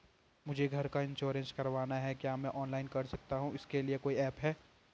मुझे घर का इन्श्योरेंस करवाना है क्या मैं ऑनलाइन कर सकता हूँ इसके लिए कोई ऐप है?